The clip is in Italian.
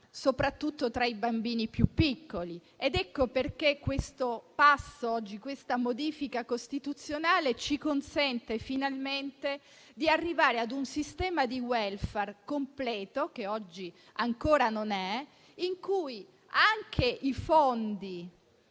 soprattutto tra i bambini più piccoli. Ecco perché oggi questa modifica costituzionale ci consente finalmente di arrivare a un sistema di *welfare* completo, che oggi ancora non c'è, in cui anche i fondi